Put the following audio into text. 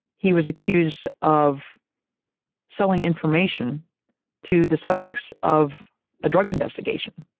he was accused of selling information to the subjects of a drug investigation.